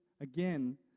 again